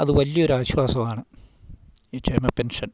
അത് വലിയൊരു ആശ്വാസമാണ് ഈ ക്ഷേമ പെൻഷൻ